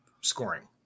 Scoring